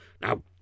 Now